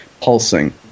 pulsing